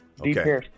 Okay